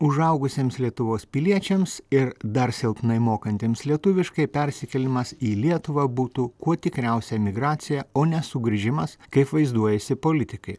užaugusiems lietuvos piliečiams ir dar silpnai mokantiems lietuviškai persikėlimas į lietuvą būtų kuo tikriausia emigracija o ne sugrįžimas kaip vaizduojasi politikai